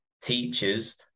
teachers